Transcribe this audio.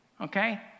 okay